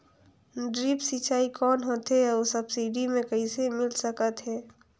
Drip सिंचाई कौन होथे अउ सब्सिडी मे कइसे मिल सकत हे?